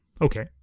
okay